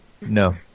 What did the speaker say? No